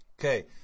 Okay